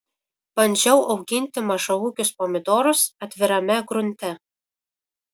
bandžiau auginti mažaūgius pomidorus atvirame grunte